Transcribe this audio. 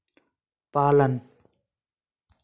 पालन